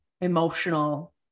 emotional